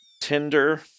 Tinder